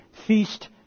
feast